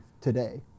today